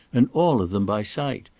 and all of them by sight.